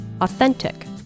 authentic